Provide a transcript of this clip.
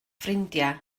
ffrindiau